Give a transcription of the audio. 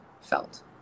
felt